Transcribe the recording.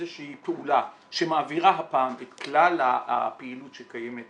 איזושהי פעולה שמעבירה הפעם את כלל הפעילות שקיימת